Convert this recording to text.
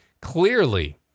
clearly